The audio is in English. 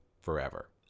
forever